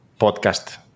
podcast